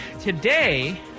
Today